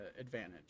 advantage